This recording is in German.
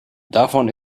davon